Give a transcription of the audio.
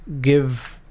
give